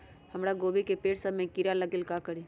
हमरा गोभी के पेड़ सब में किरा लग गेल का करी?